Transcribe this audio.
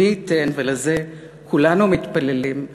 ומי ייתן, ולזה כולנו מתפללים,